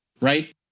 right